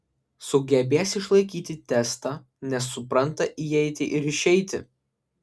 sugebės išlaikyti testą nes supranta įeitį ir išeitį